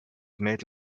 made